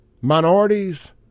minorities